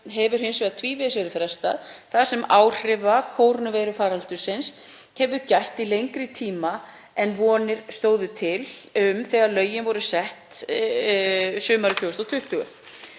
hefur hins vegar tvívegis verið frestað þar sem áhrifa kórónuveirufaraldursins hefur gætt í lengri tíma en vonir stóðu til þegar lögin voru sett sumarið